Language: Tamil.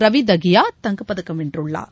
ரவிதஹியா தங்கப்பதக்கம் வென்றுள்ளார்